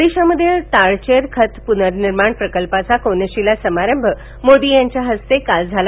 ओदिशामधील ताळचेर खत पुनर्निर्माण प्रकल्पाचा कोनशिला समारंभ मोदी यांच्या हस्ते काल झाला